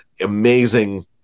amazing